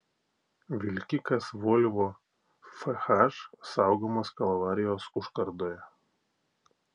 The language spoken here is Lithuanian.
vilkikas volvo fh saugomas kalvarijos užkardoje